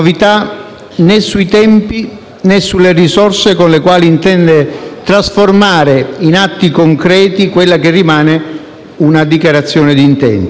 né sui tempi né sulle risorse con le quali intende trasformare in atti concreti quella che rimane una dichiarazione di intenti.